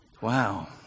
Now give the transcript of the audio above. wow